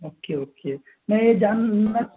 okay okay میں یہ جاننا